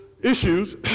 issues